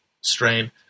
strain